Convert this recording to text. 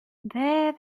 there